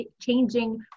changing